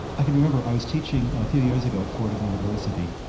i can remember, i was teaching a few years ago and fordham university.